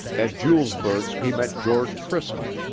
at julesburg he met george chrisman,